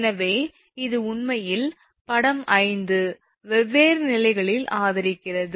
எனவே இது உண்மையில் படம் 5 வெவ்வேறு நிலைகளில் ஆதரிக்கிறது